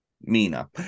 Mina